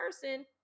person